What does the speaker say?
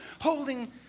holding